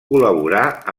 col·laborà